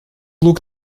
luke